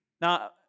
Now